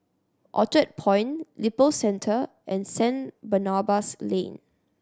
Orchard Point Lippo Centre and Saint Barnabas Lane